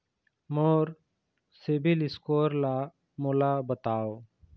मोर CIBIL score ला मोला बताव?